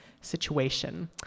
situation